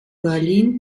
berlin